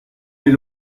mes